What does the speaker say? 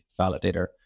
validator